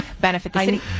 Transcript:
benefit